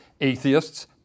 atheists